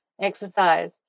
exercise